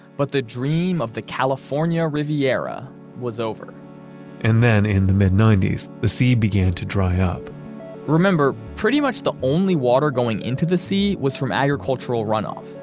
but the dream of the california riviera was over and then in the mid-nineties, the sea began to dry up remember, pretty much the only water going into the sea was from agricultural runoff.